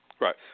Right